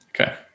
Okay